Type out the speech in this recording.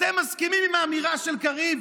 אתם מסכימים עם האמירה של קריב,